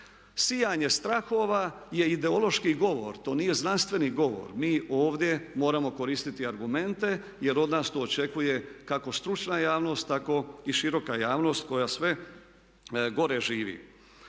Sijanje strahova je ideološki govor, to nije znanstveni govor. Mi ovdje moramo koristiti argumente, jer od nas to očekuje kako stručna javnost, tako i široka javnost koja sve gore živi.